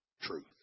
truth